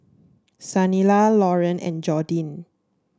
Saniyah Lauren and Jordin